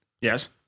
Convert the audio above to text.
Yes